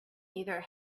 either